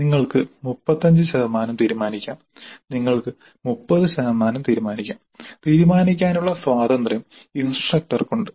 നിങ്ങൾക്ക് 35 ശതമാനം തീരുമാനിക്കാം നിങ്ങൾക്ക് 30 ശതമാനം തീരുമാനിക്കാം തീരുമാനിക്കാനുള്ള സ്വാതന്ത്ര്യം ഇൻസ്ട്രക്ടർക്ക് ഉണ്ട്